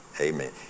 Amen